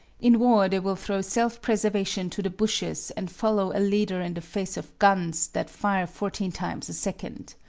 in war they will throw self-preservation to the bushes and follow a leader in the face of guns that fire fourteen times a second.